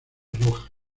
roja